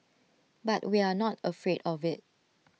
but we are not afraid of IT